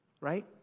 Right